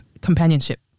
companionship